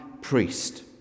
priest